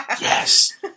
Yes